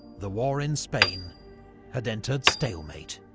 the war in spain had entered stalemate.